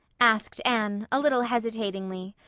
asked anne, a little hesitatingly.